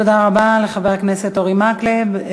תודה רבה לחבר הכנסת אורי מקלב.